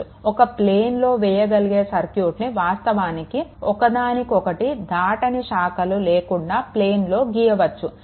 ఒక ప్లేన్లో వేయగలిగే సర్క్యూట్ను వాస్తవానికి ఒకదానికొకటి దాటని శాఖలు లేకుండా ప్లేన్లో గీయవచ్చు